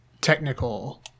technical